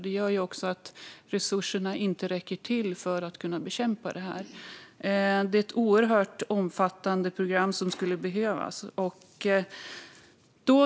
Det gör också att resurserna inte räcker till för att kunna bekämpa det här. Det är ett oerhört omfattande program som skulle behövas.